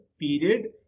period